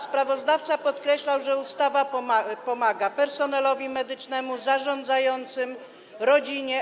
Sprawozdawca podkreślał, że ustawa pomaga personelowi medycznemu, zarządzającym, rodzinie.